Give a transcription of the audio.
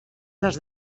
les